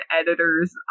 editor's